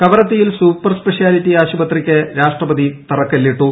കവരത്തിയിൽ super speciality ആശുപത്രിക്ക് രാഷ്ട്രപതി തറക്കല്ലിട്ടു